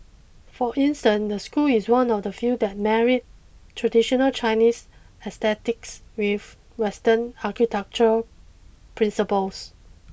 for instance the school is one of the few that married traditional Chinese aesthetics with western architectural principles